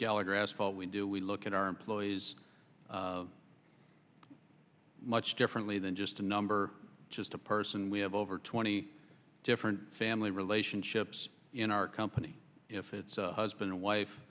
gallagher asphalt we do we look at our employees much differently than just a number just a person we have over twenty different family relationships in our company if it's husband and wife